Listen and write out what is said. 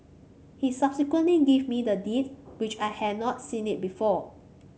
he subsequently gave me the Deed which I had not seen it before